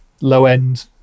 low-end